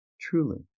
truly